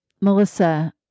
Melissa